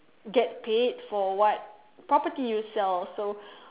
get paid for what property you sell so